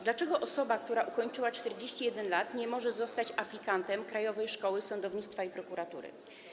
Dlaczego osoba, która ukończyła 41 lat, nie może zostać aplikantem Krajowej Szkoły Sądownictwa i Prokuratury?